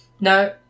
No